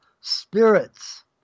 spirits